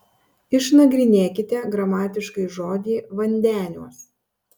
išnagrinėkite gramatiškai žodį vandeniuos